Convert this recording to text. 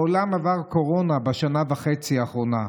העולם עבר קורונה בשנה וחצי האחרונות.